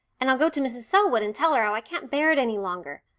and i'll go to mrs. selwood and tell her how i can't bear it any longer.